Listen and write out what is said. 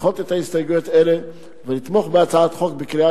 לדחות הסתייגויות אלה ולתמוך בהצעת החוק בקריאה